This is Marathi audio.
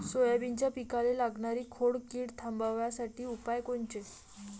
सोयाबीनच्या पिकाले लागनारी खोड किड थांबवासाठी उपाय कोनचे?